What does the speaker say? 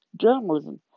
Journalism